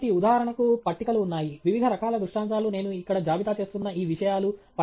కాబట్టి ఉదాహరణకు పట్టికలు ఉన్నాయి వివిధ రకాల దృష్టాంతాలు నేను ఇక్కడ జాబితా చేస్తున్న ఈ విషయాలు